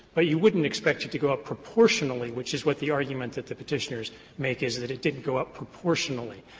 but you wouldn't expect it to go up proportionally, which is what the argument that the petitioners make, is that it didn't go up proportionally.